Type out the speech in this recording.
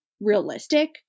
realistic